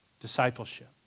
discipleship